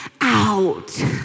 out